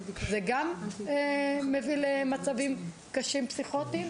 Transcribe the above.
גם זה מביא למצבים קשים פסיכוטיים.